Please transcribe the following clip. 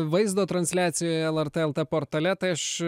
vaizdo transliacijoje el er t el tė portale tai aš